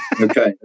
Okay